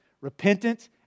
Repentance